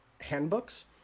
handbooks